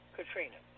Katrina